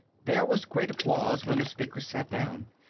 there was great applause when the speaker sat down.